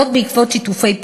בעקבות שיתופי פעולה,